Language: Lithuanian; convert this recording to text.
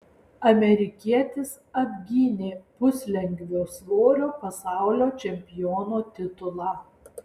amerikietis apgynė puslengvio svorio pasaulio čempiono titulą